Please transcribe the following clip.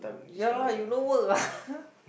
ya lah you no work ah